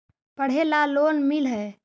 पढ़े ला लोन मिल है?